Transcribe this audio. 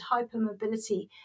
hypermobility